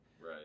Right